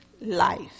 life